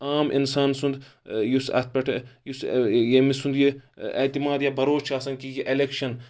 عام اِنسان سُند یُس اَتھ پؠٹھ یُس ییٚمہِ سُنٛد یہِ اعتِماد یا بروسٕہ چھُ آسان کہِ یہِ اَلؠکشن